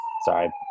sorry